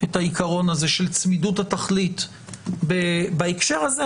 את העיקרון הזה של צמידות התכלית בהקשר הזה,